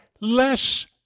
less